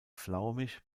flaumig